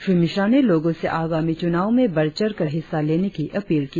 श्री मिश्रा में लोगों से आगामी चुनाव में बढ़चढ़ कर हिस्सा लेने की अपील की